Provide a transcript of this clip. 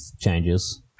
changes